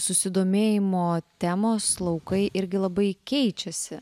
susidomėjimo temos laukai irgi labai keičiasi